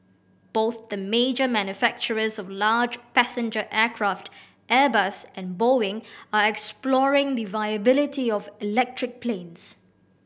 both the major manufacturers of large passenger aircraft Airbus and Boeing are exploring the viability of electric planes